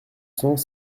cents